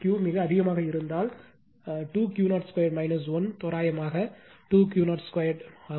Q மிக அதிகமாக இருந்தால் 2 Q0 2 1 தோராயமாக2 Q0 2